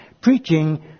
preaching